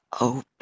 open